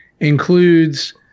includes